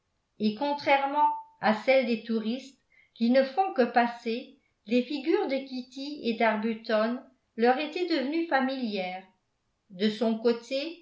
et contrairement à celles des touristes qui ne font que passer les figures de kitty et d'arbuton leur étaient devenues familières de son côté